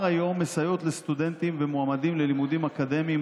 היום מסייעות לסטודנטים ומועמדים ללימודים אקדמיים,